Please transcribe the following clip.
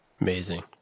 Amazing